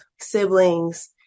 siblings